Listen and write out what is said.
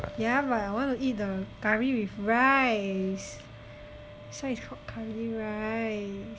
yeah but I want to eat the curry with rice that's why it's called curry rice